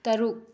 ꯇꯔꯨꯛ